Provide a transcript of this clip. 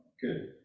good